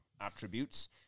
attributes